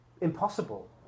impossible